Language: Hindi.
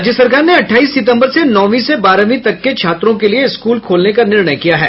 राज्य सरकार ने अट्ठाईस सितम्बर से नौवीं से बारहवीं तक के छात्रों के लिए स्कूल खोलने का निर्णय किया है